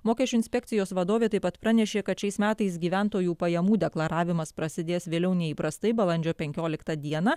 mokesčių inspekcijos vadovė taip pat pranešė kad šiais metais gyventojų pajamų deklaravimas prasidės vėliau nei įprastai balandžio penkioliktą dieną